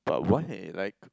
but why like